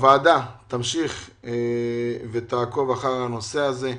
הוועדה תמשיך ותעקוב אחרי הנושא הזה.